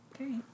Okay